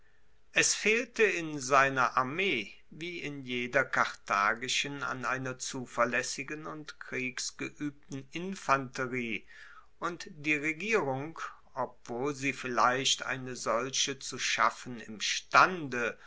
es fehlte in seiner armee wie in jeder karthagischen an einer zuverlaessigen und kriegsgeuebten infanterie und die regierung obwohl sie vielleicht eine solche zu schaffen imstande